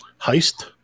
Heist